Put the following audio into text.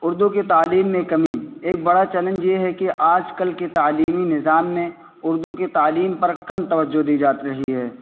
اردو کی تعلیم میں کمی ایک بڑا چیلنج یہ ہے کہ آج کل کے تعلیمی نظام میں اردو کی تعلیم پر کم توجہ دی جاتی رہی ہے